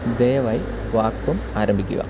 ദയവായി വാക്വും ആരംഭിക്കുക